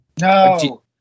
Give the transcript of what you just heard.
No